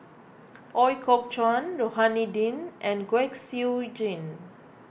Ooi Kok Chuen Rohani Din and Kwek Siew Jin